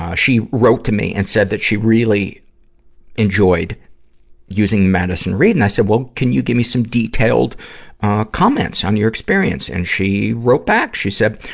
um she wrote to me and said that she really enjoyed using madison reed, and i said, well, can you give me some detailed comments on your experience? and she wrote back she said,